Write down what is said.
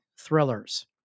Thrillers